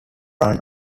run